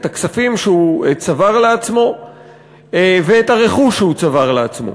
את הכספים שהוא צבר לעצמו ואת הרכוש שהוא צבר לעצמו.